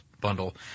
bundle